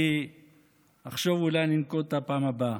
אני אחשוב אולי לנקוט אותה בפעם הבאה.